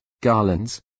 garlands